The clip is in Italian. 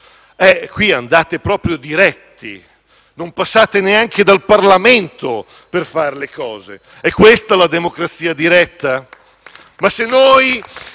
qui andate proprio diretti: non passate neanche dal Parlamento per fare le cose. È questa la democrazia diretta?